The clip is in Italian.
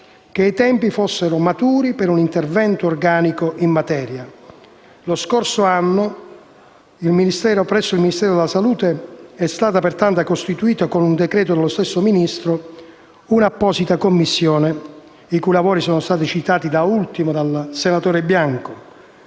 che i tempi fossero maturi per un intervento organico in materia. Lo scorso anno presso il Ministero è stata pertanto costituita, con un decreto dello stesso Ministro, un'apposita commissione - i cui lavori sono stati citati da ultimo dal senatore Bianco